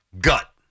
gut